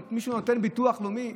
ומישהו נותן בביטוח לאומי?